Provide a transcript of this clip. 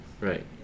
Right